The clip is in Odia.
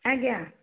ଆଜ୍ଞା